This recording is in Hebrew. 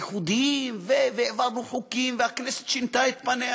הייחודיים, ועברו חוקים, והכנסת שינתה את פניה.